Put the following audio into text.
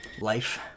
life